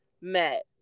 met